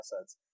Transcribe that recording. assets